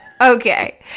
Okay